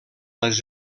les